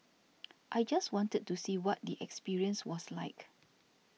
i just wanted to see what the experience was like